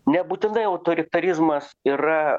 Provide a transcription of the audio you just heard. nebūtinai autoritarizmas yra